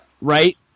right